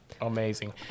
Amazing